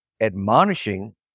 admonishing